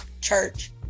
church